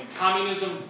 communism